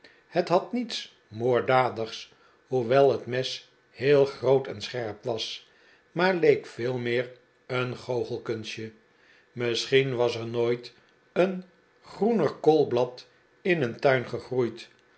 het had niets moorddadigs hoewel het mes heel groot en scherp was maar leek veel meer een goochelkunstje misschien was er nooit een groener kloolblad in een tuin gegroeid